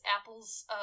Apple's